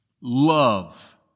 love